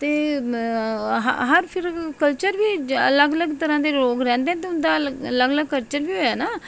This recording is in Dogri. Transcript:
ते हर कल्चर बी अलग अलग तरह् दे लोग रैह्दें न ते उंदा कल्चर बी होया न फ्ही उंदा खान पान